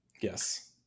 Yes